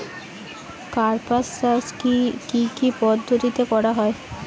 কার্পাস চাষ কী কী পদ্ধতিতে করা য়ায়?